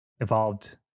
evolved